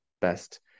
best